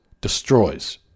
destroys